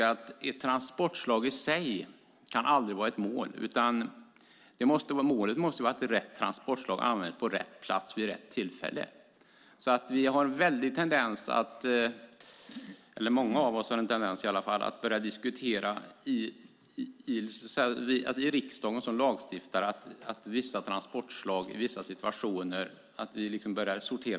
Ett transportslag kan aldrig vara ett mål i sig. Målet måste vara att rätt transportslag används på rätt plats vid rätt tillfälle. Många av oss har en tendens att sortera vissa transportslag för vissa situationer.